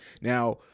Now